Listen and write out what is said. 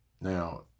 Now